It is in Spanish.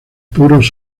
puros